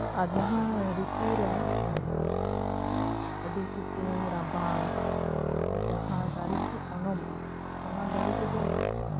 ᱟᱨ ᱡᱟᱦᱟᱸ ᱨᱤᱛᱩ ᱨᱮ ᱢᱟᱱᱮ ᱟᱹᱰᱤ ᱥᱤᱛᱩᱝ ᱨᱟᱵᱟᱝ ᱨᱮ ᱡᱟᱦᱟᱸ ᱫᱟᱨᱮ ᱠᱚ ᱚᱢᱚᱱᱚᱜᱼᱟ ᱚᱱᱟ ᱫᱟᱨᱮ ᱠᱚᱫᱚ